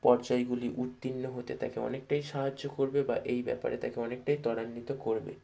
পর্যায়গুলি উত্তীর্ণ হতে তাকে অনেকটাই সাহায্য করবে বা এই ব্যাপারে তাকে অনেকটাই ত্বরান্বিত করবে